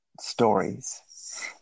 stories